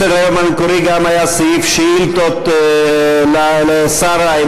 בסדר-היום המקורי היה גם סעיף שאילתות לשר התשתיות הלאומיות,